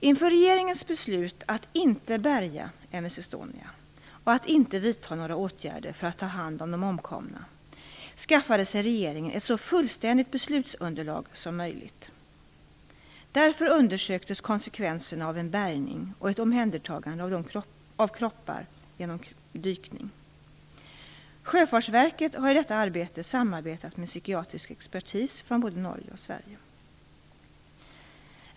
Inför regeringens beslut att inte bärga M/S Estonia och att inte vidta några åtgärder för att ta hand om de omkomna skaffade sig regeringen ett så fullständigt beslutsunderlag som möjligt. Därför undersöktes konsekvenserna av en bärgning och ett omhändertagande av kroppar genom dykning. Sjöfartsverket har i detta arbete samarbetat med psykiatrisk expertis från både Norge och Sverige.